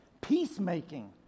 peacemaking